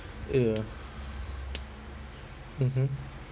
ya mmhmm